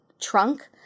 trunk